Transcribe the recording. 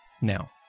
Now